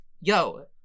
yo